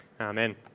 Amen